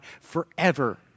forever